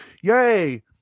yay